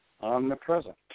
omnipresent